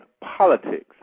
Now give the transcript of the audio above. politics